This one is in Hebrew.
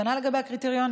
כנ"ל לגבי הקריטריונים.